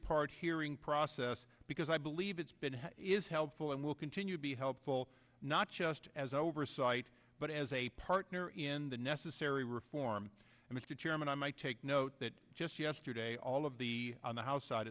part hearing process because i believe it's been is helpful and will continue to be helpful not just as oversight but as a partner in the necessary reform mr chairman i might take note that just yesterday all of the on the house side